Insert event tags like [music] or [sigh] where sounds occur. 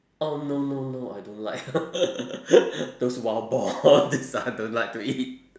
oh no no no I don't like [laughs] those wild boar all this I don't like to eat